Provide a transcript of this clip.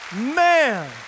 man